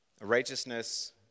Righteousness